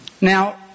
Now